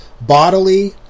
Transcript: bodily